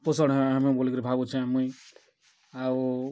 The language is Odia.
ପୋଷଣ୍ ହେବା ଆମେ ବୋଲିକରି ଭାବୁଛେଁ ମୁଇଁ ଆଉ